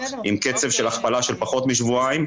עם קצב של הכפלה של פחות משבועיים.